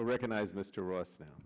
recognize mr us now